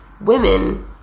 women